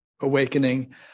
awakening